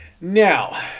Now